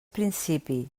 principi